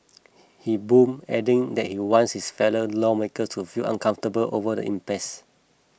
he boomed adding that he wants his fellow lawmakers to feel uncomfortable over the impasse